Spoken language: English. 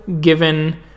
given